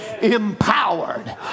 empowered